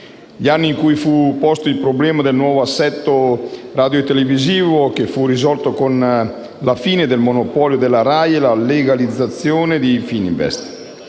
gli anni in cui fu posto il problema del nuovo assetto radiotelevisivo, che fu risolto con la fine del monopolio della RAI e la "legalizzazione" di Fininvest.